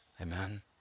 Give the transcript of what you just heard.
Amen